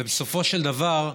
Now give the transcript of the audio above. ובסופו של דבר,